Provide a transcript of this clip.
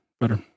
better